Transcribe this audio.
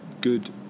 good